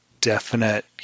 definite